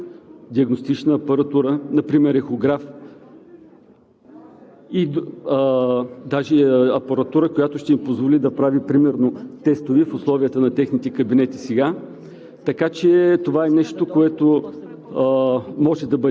кредити на общопрактикуващите лекари, с които те могат да закупят диагностична апаратура – например ехограф, даже апаратура, която ще им позволи да правят сега примерно тестове в условията на техните кабинети.